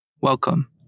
Welcome